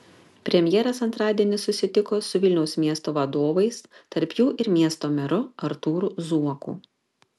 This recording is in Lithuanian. premjeras antradienį susitiko su vilniaus miesto vadovais tarp jų ir miesto meru artūru zuoku